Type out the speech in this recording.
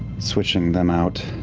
switching them out,